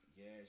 Yes